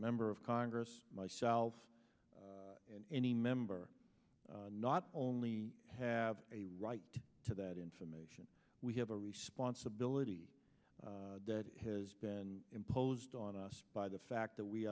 member of congress myself and any member not only have a right to that information we have a responsibility that has been imposed on us by the fact